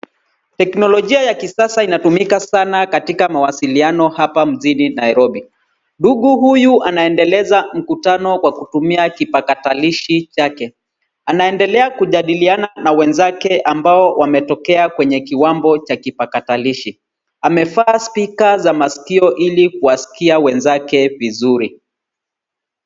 Teknolojia ya kisasa inatumika sana katika mawasiliano hapa mjini Nairobi. Ndugu huyu anaendeleza mkutano kwa kutumia kipakatalishi chake. Anaendelea kujadiliana na wenzake ambao wametokea kwenye kiwambo cha kipakatalishi. Amevaa spika za masikio ili kuwaskia wenzake vizuri.